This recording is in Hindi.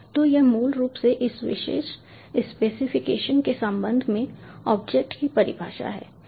तो यह मूल रूप से इस विशेष स्पेसिफिकेशन के संबंध में ऑब्जेक्ट की परिभाषा है